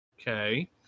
Okay